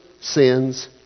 sins